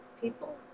people